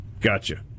Gotcha